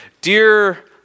Dear